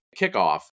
kickoff